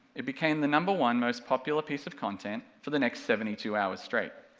it became the number one most popular piece of content for the next seventy two hours straight,